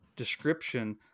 Description